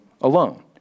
alone